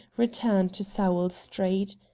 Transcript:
return to sowell street.